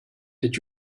did